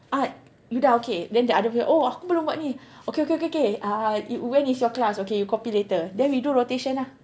art you dah okay and then the other person oh aku belum buat ni okay okay okay okay uh it when is your class we copy later then we do rotation ah